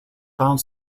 found